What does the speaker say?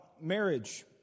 marriage